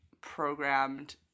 programmed